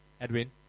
Edwin